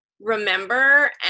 remember